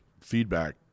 feedback